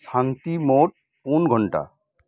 ᱥᱟᱱᱛᱤ ᱢᱚᱴ ᱯᱩᱱ ᱜᱷᱚᱱᱴᱟ